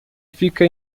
fica